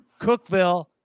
Cookville